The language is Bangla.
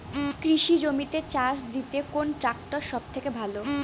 কৃষি জমিতে চাষ দিতে কোন ট্রাক্টর সবথেকে ভালো?